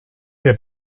der